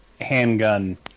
handgun